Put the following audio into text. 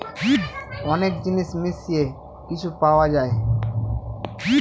অনেক জিনিস মিশিয়ে কিছু পাওয়া যায়